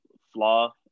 flaw